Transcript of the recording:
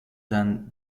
than